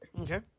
Okay